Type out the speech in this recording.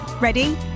Ready